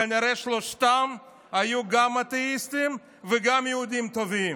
כנראה שלושתם היו גם אתאיסטים וגם יהודים טובים.